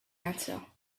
answer